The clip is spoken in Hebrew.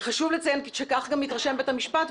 חשוב לציין שכך גם התרשם בית המשפט,